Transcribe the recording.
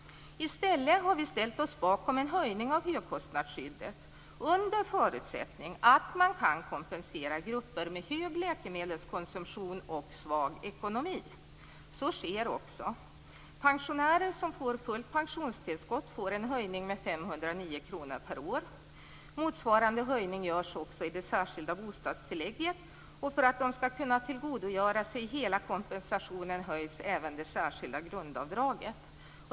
I stället har vi ställt oss bakom en höjning av högkostnadsskyddet under förutsättning att man kan kompensera grupper med hög läkemedelskonsumtion och svag ekonomi. Så sker också. Pensionärer som får fullt pensionstillskott får en höjning med 509 kr per år. Motsvarande höjning görs också i det särskilda bostadstillägget. För att de skall kunna tillgodogöra sig hela kompensationen höjs även det särskilda grundavdraget.